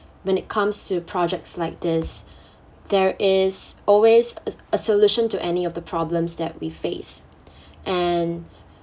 when it comes to projects like this there is always a a solution to any of the problems that we face and